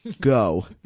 go